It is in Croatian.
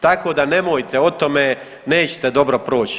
Tako da nemojte o tome, nećete dobro proći.